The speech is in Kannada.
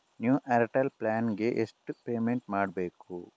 ನ್ಯೂ ಏರ್ಟೆಲ್ ಪ್ಲಾನ್ ಗೆ ಎಷ್ಟು ಪೇಮೆಂಟ್ ಮಾಡ್ಬೇಕು?